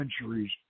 centuries